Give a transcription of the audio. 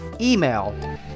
email